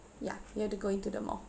yeah you have to go in to the mall